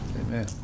Amen